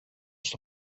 στο